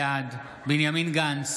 בעד בנימין גנץ,